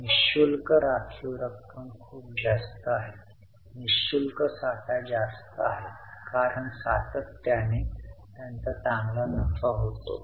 नि शुल्क राखीव रक्कम खूप जास्त आहे नि शुल्क साठा जास्त आहे कारण सातत्याने त्यांचा चांगला नफा होतो